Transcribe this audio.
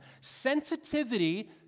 Sensitivity